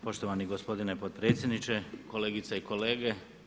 Poštovani gospodine potpredsjedniče, kolegice i kolege.